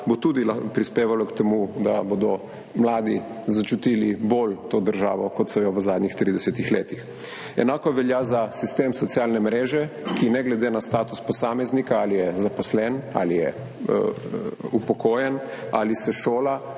bo tudi prispevalo k temu, da bodo mladi bolj začutili to državo, kot so jo v zadnjih 30 letih. Enako velja za sistem socialne mreže, kjer posameznika ne glede na status, ali je zaposlen ali je upokojen ali se šola